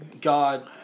God